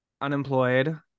unemployed